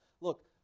Look